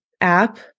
app